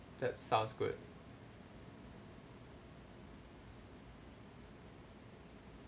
that sounds good